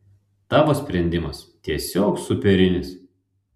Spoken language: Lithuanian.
tavo sprendimas tiesiog superinis